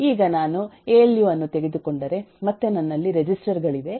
ಈಗ ನಾನು A L U ಅನ್ನು ತೆಗೆದುಕೊಂಡರೆ ಮತ್ತೆ ನನ್ನಲ್ಲಿ ರೆಜಿಸ್ಟರ್ ಗಳಿವೆ